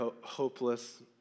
hopeless